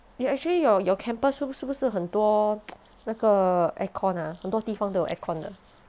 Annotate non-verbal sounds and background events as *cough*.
eh actually your your campus 是不是很多 *noise* 那个 air con ah 很多地方都有 air con 的